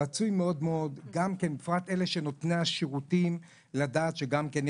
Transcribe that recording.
רצוי לדעת בפרט נותני השירותים שיש